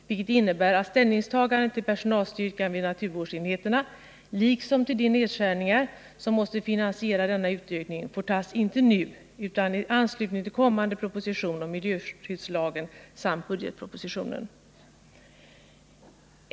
Det innebär att ställningstagandet till personalstyrkan vid naturvårdsenheterna — liksom till de nedskärningar som måste finansiera denna utökning — inte skall göras nu utan i anslutning till behandlingen av kommande proposition om miljöskyddslagen samt budgetpropositionen.